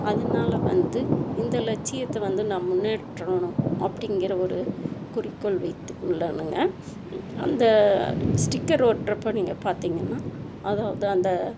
அதனால வந்து இந்த லட்சியத்தை வந்து நான் முன்னேற்றணும் அப்படிங்கிற ஒரு குறிக்கோள் வைத்து உள்ளேனுங்க அந்த ஸ்டிக்கர் ஒட்டுறப்ப நீங்கள் பார்த்திங்கன்னா அதாவது அந்த